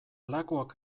lakuak